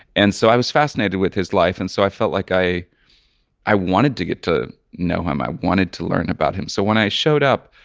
and so i was fascinated with his life, and so i felt like i i wanted to get to know him. i wanted to learn about him. so when i showed up,